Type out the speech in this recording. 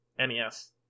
NES